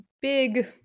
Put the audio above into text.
big